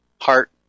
heart